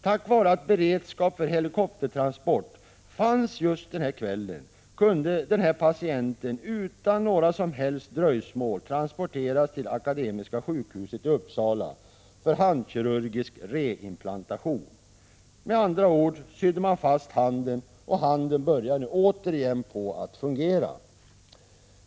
Tack vare att beredskap för helikoptertransport fanns just denna kväll kunde denna patient utan några som helst dröjsmål transporteras till Akademiska sjukhuset i Uppsala för handkirurgisk re-inplantation. Man sydde med andra ord fast handen, och handen börjar nu på att fungera igen.